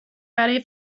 برای